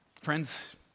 Friends